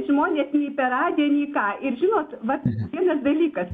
žmonės nei per radiją nei ką ir žinot vat vienas dalykas